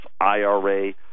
IRA